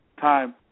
Time